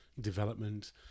development